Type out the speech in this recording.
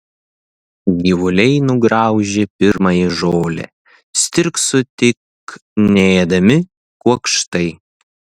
gyvuliai nugraužė pirmąją žolę stirkso tik neėdami kuokštai